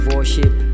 Worship